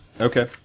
Okay